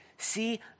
See